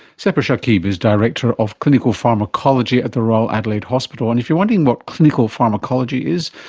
sepehr shakib's director of clinical pharmacology at the royal adelaide hospital. and if you're wondering what clinical pharmacology is,